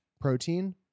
protein